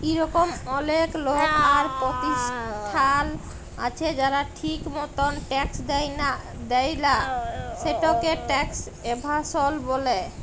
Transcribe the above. ইরকম অলেক লক আর পরতিষ্ঠাল আছে যারা ঠিক মতল ট্যাক্স দেয় লা, সেটকে ট্যাক্স এভাসল ব্যলে